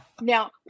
now